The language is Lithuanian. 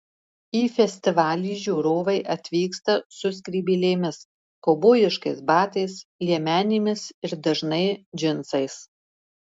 į festivalį žiūrovai atvyksta su skrybėlėmis kaubojiškais batais liemenėmis ir dažnai džinsais